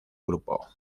grupo